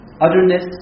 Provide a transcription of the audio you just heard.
Otherness